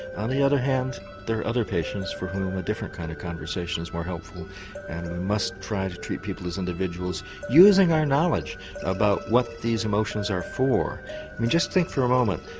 on the other hand there are other patients for whom a different kind of conversation is more helpful and we must try to treat people as individuals, using our knowledge about what these emotions are for. and just think for a moment,